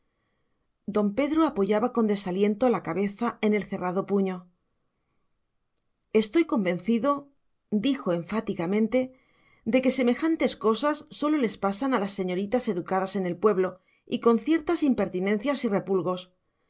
don pedro apoyaba con desaliento la cabeza en el cerrado puño estoy convencido dijo enfáticamente de que semejantes cosas sólo les pasan a las señoritas educadas en el pueblo y con ciertas impertinencias y repulgos que